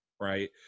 right